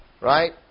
Right